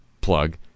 plug